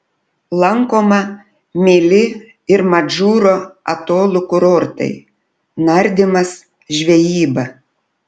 lankoma mili ir madžūro atolų kurortai nardymas žvejyba